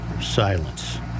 silence